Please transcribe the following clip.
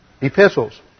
epistles